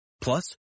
Plus